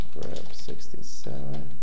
67